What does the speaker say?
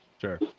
Sure